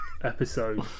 episode